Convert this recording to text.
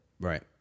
Right